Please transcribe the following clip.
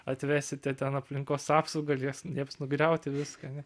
atvesite ten aplinkos apsaugą lieps lieps nugriauti viską ne